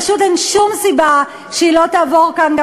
פשוט אין שום סיבה שהיא לא תעבור כאן גם